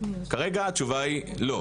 כרגע התשובה היא לא.